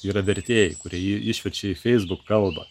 yra vertėjai kurie jį išverčia į feisbuk kalbą